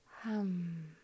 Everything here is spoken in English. hum